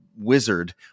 wizard